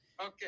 okay